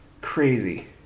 Crazy